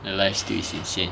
the life steal is insane